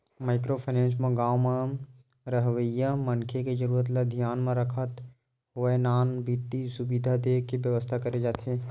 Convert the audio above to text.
micro finance म गाँव म रहवइया मनखे के जरुरत ल धियान म रखत होय नान नान बित्तीय सुबिधा देय के बेवस्था करे जाथे